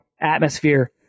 atmosphere